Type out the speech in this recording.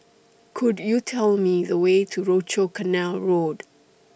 Could YOU Tell Me The Way to Rochor Canal Road